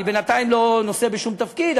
אני בינתיים לא נושא בשום תפקיד,